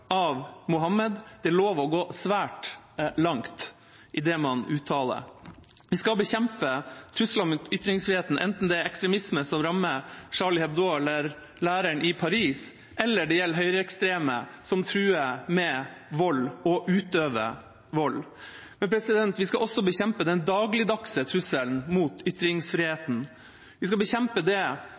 av Muhammed og lov til å gå svært langt i det man uttaler. Vi skal bekjempe trusler mot ytringsfriheten, enten det er ekstremisme som rammer Charlie Hebdo eller læreren i Paris, eller det gjelder høyreekstreme som truer med vold og utøver vold. Vi skal også bekjempe den dagligdagse trusselen mot ytringsfriheten. Vi skal bekjempe det